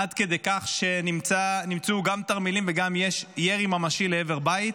עד כדי כך שנמצאו גם תרמילים וגם היה ירי ממשי לעבר בית,